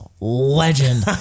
legend